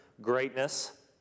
Greatness